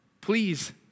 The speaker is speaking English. Please